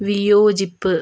വിയോജിപ്പ്